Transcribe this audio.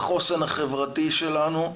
לחוסן החברתי שלנו,